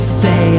say